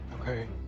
Okay